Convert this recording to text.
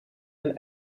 een